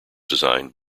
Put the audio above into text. designed